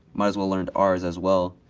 might as well learned ours as well.